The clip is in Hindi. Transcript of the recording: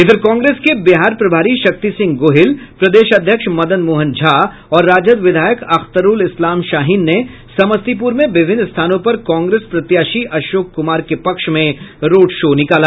इधर कांग्रेस के बिहार प्रभारी शक्ति सिंह गोहिल प्रदेश अध्यक्ष मदन मोहन झा और राजद विधायक अख्तरूल इस्लाम शाहीन ने समस्तीपुर में विभिन्न स्थानों पर कांग्रेस प्रत्याशी अशोक कुमार के पक्ष में रोड शो निकाला